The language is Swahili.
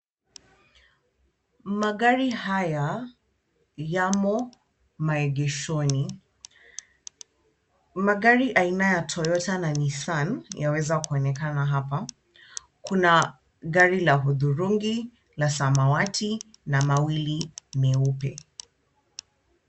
Magari haya yamo maegeshoni. Magari aina ya Toyota na Nissan yaweza kuonekana hapa. Kuna gari la hudhurungi, la samawati na mawili meupe.